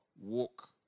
walk